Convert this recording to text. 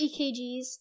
EKGs